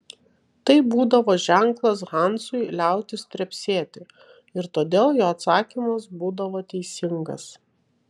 tai būdavo ženklas hansui liautis trepsėti ir todėl jo atsakymas būdavo teisingas